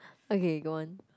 okay go on